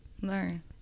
Learn